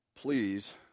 please